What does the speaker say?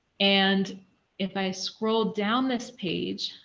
and if i scroll down this page,